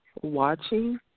watching